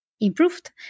Improved